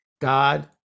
God